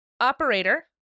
Operator